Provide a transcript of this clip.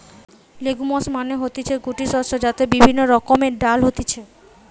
legumes মানে হতিছে গুটি শস্য যাতে বিভিন্ন রকমের ডাল হতিছে